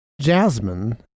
Jasmine